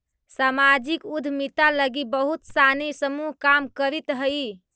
सामाजिक उद्यमिता लगी बहुत सानी समूह काम करित हई